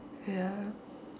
ya